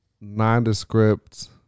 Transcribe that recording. nondescript